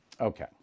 Okay